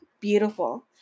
Beautiful